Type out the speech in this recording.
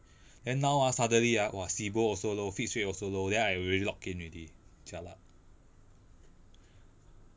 then now ah suddenly ah !wah! SIBOR also low fees rate also low then I already logged in already jialat